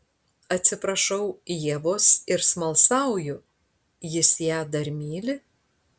atsiprašau ievos ir smalsauju jis ją dar myli